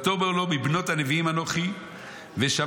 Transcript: "ותאמר לו: מבנות הנביאים אנוכי ושמעתי